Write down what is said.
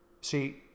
See